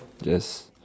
just